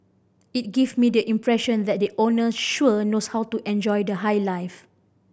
it give me the impression that the owner sure knows how to enjoy the high life